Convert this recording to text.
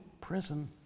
prison